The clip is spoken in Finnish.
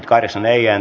arvoisa puhemies